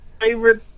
favorite